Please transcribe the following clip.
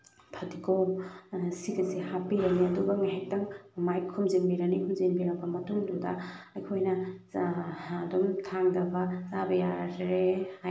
ꯐꯗꯤꯒꯣꯝ ꯁꯤꯒꯁꯦ ꯍꯥꯞꯄꯤꯔꯅꯤ ꯑꯗꯨꯒ ꯉꯥꯏꯍꯥꯛꯇꯪ ꯃꯥꯏ ꯈꯨꯝꯖꯤꯟꯕꯤꯔꯅꯤ ꯈꯨꯝꯖꯤꯟꯕꯤꯔꯕ ꯃꯇꯨꯡꯗꯨꯗ ꯑꯩꯈꯣꯏꯅ ꯑꯗꯨꯝ ꯊꯥꯡꯗꯕ ꯆꯥꯕ ꯌꯥꯔꯦ